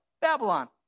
Babylon